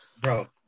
bro